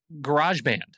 GarageBand